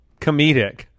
comedic